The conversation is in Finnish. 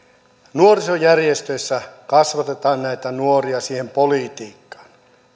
nuorisojärjestöissä kasvatetaan nuoria siihen politiikkaan